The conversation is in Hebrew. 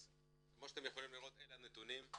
כמו שאתם יכולים לראות אלה הנתונים.